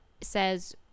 says